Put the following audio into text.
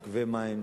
עוקבי מים,